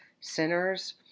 sinners